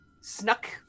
snuck